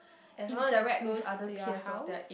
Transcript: as long as it's close to your house